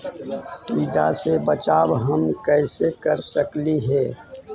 टीडा से बचाव हम कैसे कर सकली हे?